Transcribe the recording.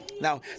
Now